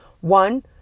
one